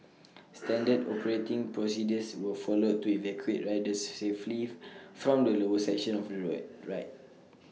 standard operating procedures were followed to evacuate riders safely from the lower section of the ride